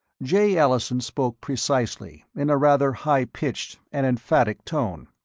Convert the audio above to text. jay allison spoke precisely, in a rather high-pitched and emphatic tone.